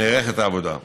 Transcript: נערכת העבודה.